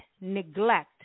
neglect